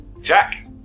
Jack